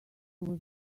was